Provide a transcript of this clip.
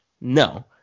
No